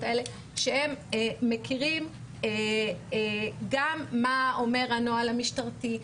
האלה שמכירים גם מה אומר הנוהל המשטרתי,